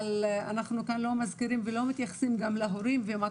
אנחנו כאן לא מתייחסים ולא מזכירים את ההורים ולא מדברים על מה